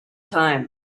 time